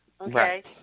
Okay